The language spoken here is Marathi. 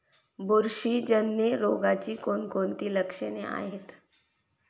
बुरशीजन्य रोगाची कोणकोणती लक्षणे आहेत?